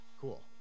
Cool